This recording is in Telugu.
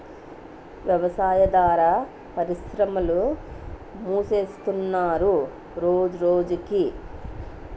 వ్యవసాయాదార పరిశ్రమలు మూసేస్తున్నరు రోజురోజకి